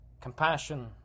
compassion